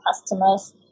customers